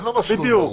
בדיוק.